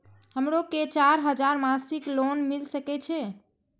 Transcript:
हमरो के चार हजार मासिक लोन मिल सके छे?